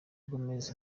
gomez